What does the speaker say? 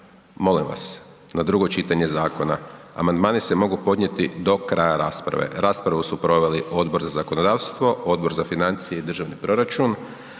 prvo i drugo čitanje, a amandmani se mogu podnositi do kraja rasprave. Raspravu su proveli Odbor za zakonodavstvo, Odbor za rad, mirovinski